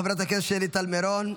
חברת הכנסת שלי טל מירון,